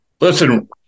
Listen